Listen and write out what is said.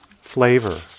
flavor